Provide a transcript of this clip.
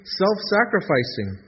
self-sacrificing